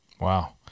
Wow